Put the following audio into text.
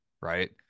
Right